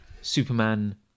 Superman